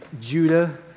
Judah